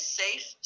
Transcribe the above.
safe